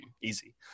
easy